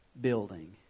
building